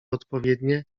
odpowiednie